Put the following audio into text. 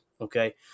Okay